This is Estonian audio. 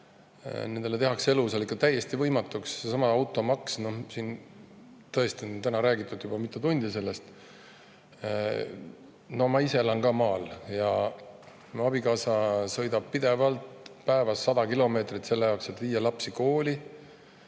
nendel tehakse elu seal ikka täiesti võimatuks. Seesama automaks – siin on täna tõesti juba mitu tundi sellest räägitud. Ma ise elan ka maal ja mu abikaasa sõidab pidevalt päevas 100 kilomeetrit selle jaoks, et viia lapsi kooli,